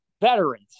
veterans